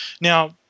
Now